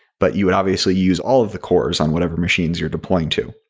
but you would obviously use all of the cores on whatever machines you're deploying to.